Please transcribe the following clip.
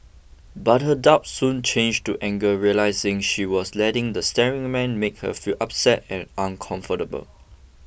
but her doubt soon changed to anger realising she was letting the staring man make her feel upset and uncomfortable